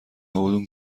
اون